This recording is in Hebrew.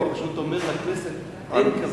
כי אני פשוט אומר לכנסת, אין כזה דבר.